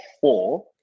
four